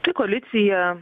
tai koalicija